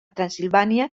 transsilvània